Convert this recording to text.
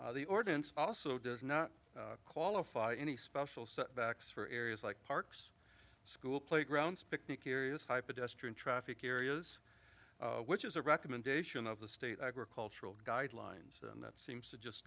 ordinance the ordinance also does not qualify any special setbacks for areas like parks school playgrounds picnic areas hype addressed traffic areas which is a recommendation of the state agricultural guidelines and that seems to just